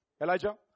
Elijah